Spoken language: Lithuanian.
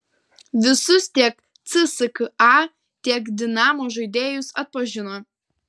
visus tiek cska tiek dinamo žaidėjus atpažino